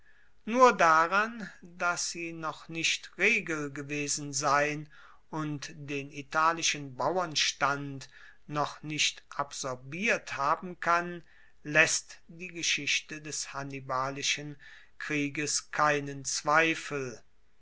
nur daran dass sie noch nicht regel gewesen sein und den italischen bauernstand noch nicht absorbiert haben kann laesst die geschichte des hannibalischen krieges keinen zweifel